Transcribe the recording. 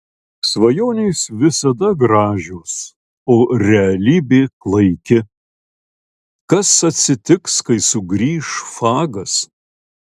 svajonės visada gražios o realybė klaiki kas atsitiks kai sugrįš fagas